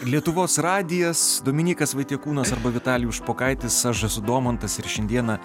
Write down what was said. lietuvos radijas dominykas vaitiekūnas arba vitalijus špokaitis aš esu domantas ir šiandieną